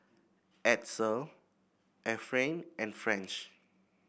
Edsel Efrain and French